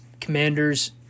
Commanders